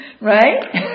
Right